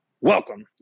Welcome